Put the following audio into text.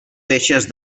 feixes